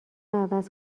عوض